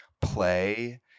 play